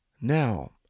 Now